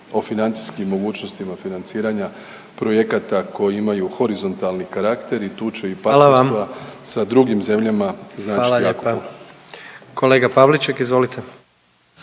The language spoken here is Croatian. (HDZ)** Hvala lijepa. Kolega Pavliček izvolite.